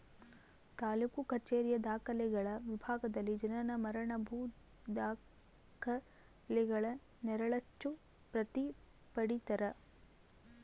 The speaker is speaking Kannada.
ತಾಲೂಕು ಕಛೇರಿಯ ದಾಖಲೆಗಳ ವಿಭಾಗದಲ್ಲಿ ಜನನ ಮರಣ ಭೂ ದಾಖಲೆಗಳ ನೆರಳಚ್ಚು ಪ್ರತಿ ಪಡೀತರ